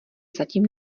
zatím